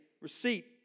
Receipt